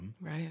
Right